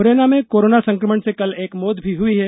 मुरैना में कोरोना संकमण से कल एक मौत भी हुई है